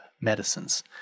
medicines